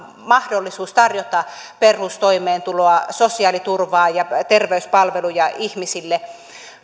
mahdollisuus tarjota perustoimeentuloa sosiaaliturvaa ja terveyspalveluja ihmisille